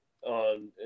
on